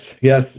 Yes